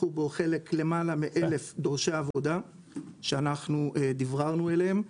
לקחו בו חלק למעלה מ-1,000 דורשי עבודה שאנחנו דיבררנו אליהם.